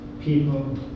people